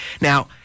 Now